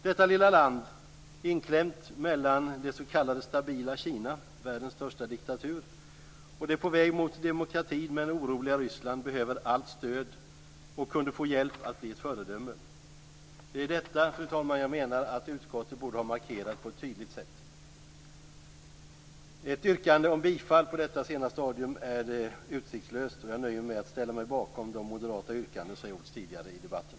Detta lilla land, inklämt mellan det s.k. stabila Kina, världens största diktatur, och det mot demokrati strävande men oroliga Ryssland behöver allt stöd och kunde få hjälp att bli ett föredöme. Det är detta, fru talman, jag menar att utskottet borde ha markerat på ett tydligt sätt. Ett yrkande om bifall på detta sena stadium är utsiktslöst, och jag nöjer mig med att ställa mig bakom de moderata yrkanden som gjorts tidigare i debatten.